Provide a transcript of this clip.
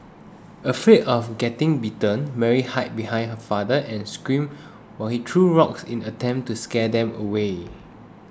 afraid of getting bitten Mary hid behind her father and screamed while he threw rocks in an attempt to scare them away